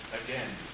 again